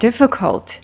difficult